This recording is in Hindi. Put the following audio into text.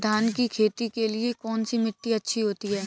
धान की खेती के लिए कौनसी मिट्टी अच्छी होती है?